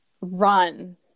run